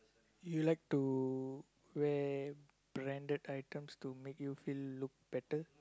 you like to wear branded items to make you feel look better